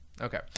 okay